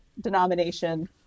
denomination